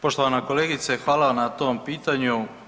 Poštovana kolegice, hvala vam na tom pitanju.